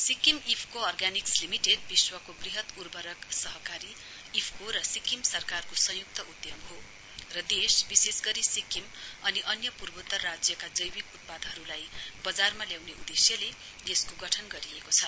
Sikkim IFFCO organic limited विश्वको वृहत उर्वरक सरकारी आइएफएफसीओ र सिक्किम सरकारको संयुक्त उद्यम हो र देश विशेष गरी सिक्किम अनि अन्य पूर्वोतर राज्यका जैविक उत्पादहरूलाई बजारमा ल्याउने उद्देश्यले यसको गठन गरिएको छ